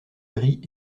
gris